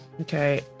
Okay